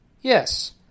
Yes